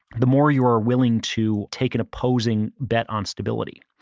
the more you are willing to take an opposing bet on stability.